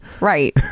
Right